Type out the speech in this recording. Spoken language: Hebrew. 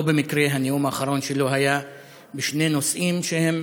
לא במקרה הנאום האחרון שלו היה בשני נושאים שהם